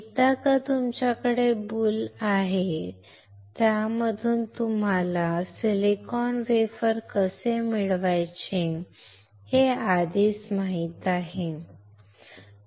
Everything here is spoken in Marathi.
एकदा का तुमच्याकडे बुल आहे तुम्हाला त्यामधून सिलिकॉन वेफर कसे मिळवायचे हे आधीच माहित आहे ठीक आहे